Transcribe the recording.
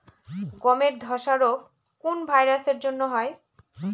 গমের ধসা রোগ কোন ভাইরাস এর জন্য হয়?